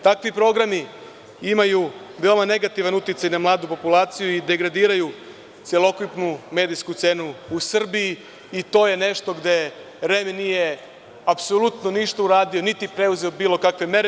Takvi programi imaju veoma negativan uticaj na mladu populaciju i degradiraju celokupnu medijsku scenu u Srbiji i to je nešto gde REM nije apsolutno ništa uradio, niti preuzeo bilo kakve mere.